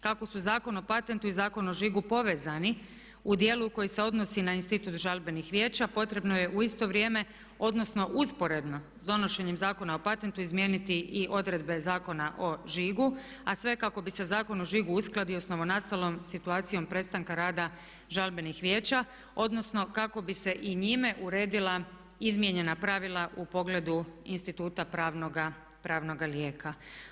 Kako su Zakon o patentu i Zakon o žigu povezani u dijelu koji se odnosi na institut žalbenih vijeća potrebno je u isto vrijeme, odnosno usporedno s donošenjem Zakona o patentu izmijeniti i odredbe Zakona o žigu a sve kako bi se Zakon o žigu uskladio sa novonastalom situacijom prestanka rada žalbenih vijeća odnosno kako bi se i njime uredila izmijenjena pravila u pogledu instituta pravnoga lijeka.